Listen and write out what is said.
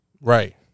Right